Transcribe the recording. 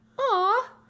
aw